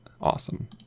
Awesome